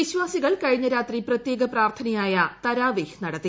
വിശ്വാസികൾ കഴിഞ്ഞ രാത്രി പ്രത്യേക പ്രാർത്ഥനയായ തരാവീഹ് നടത്തി